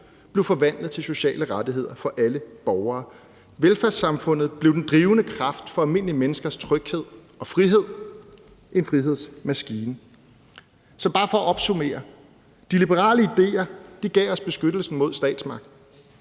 blev forvandlet til sociale rettigheder for alle borgere. Velfærdssamfundet blev den drivende kraft for almindelige menneskers tryghed og frihed, en frihedsmaskine. Så bare for at opsummere: De liberale idéer gav os beskyttelsen mod statsmagten,